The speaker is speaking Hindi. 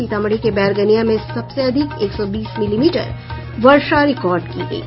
सीतामढ़ी के बैरगनिया में सबसे अधिक एक सौ बीस मिलीमीटर वर्षा रिकार्ड की गयी